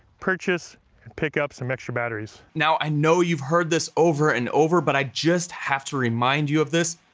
purchase and pick up some extra batteries. now, i know you've heard this over and over, but i just have to remind you of this.